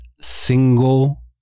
single